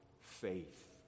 faith